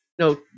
No